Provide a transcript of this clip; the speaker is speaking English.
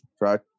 right